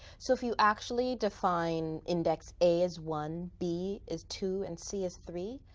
so if you actually define index a as one, b as two, and c as three,